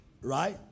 Right